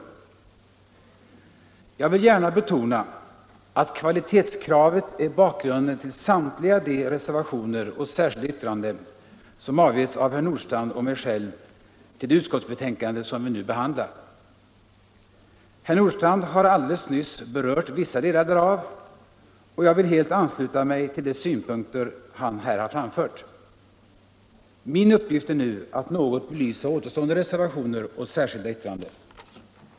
Jag vill gärna betona att kvalitetskravet är bakgrunden till samtliga de reservationer och särskilda yttranden som avgetts av herr Nordstrandh och mig själv till det utskottsbetänkande som vi nu behandlar. Herr Nordstrandh har alldeles nyss berört vissa delar därav, och jag vill helt ansluta mig till de synpunkter han här har framfört. Min uppgift är nu att något belysa återstående reservationer och särskilda yttrande.